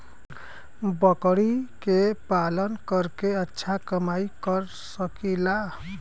बकरी के पालन करके अच्छा कमाई कर सकीं ला?